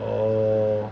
oh